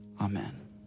Amen